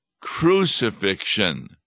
crucifixion